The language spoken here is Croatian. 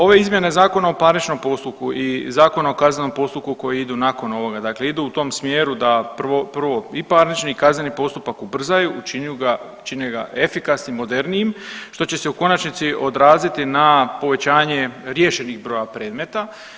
Ove izmjene Zakona o parničnom postupku i Zakona o kaznenom postupku koje idu nakon ovoga dakle idu u tom smjeru prvo da i parnični i kazneni postupak ubrzaju, učine ga efikasnim, modernijim što će se u konačnici odraziti na povećanje riješenih broja predmeta.